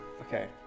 Okay